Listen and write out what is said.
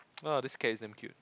ah this cat is damn cute